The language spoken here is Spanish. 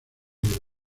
del